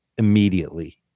Immediately